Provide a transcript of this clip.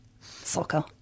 soccer